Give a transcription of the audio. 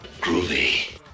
Groovy